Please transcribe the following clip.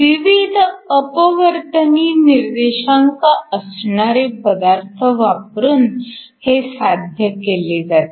विविध अपवर्तनी निर्देशांक असणारे पदार्थ वापरून हे साध्य केले जाते